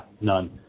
none